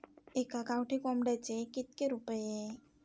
एका गावठी कोंबड्याचे कितके रुपये?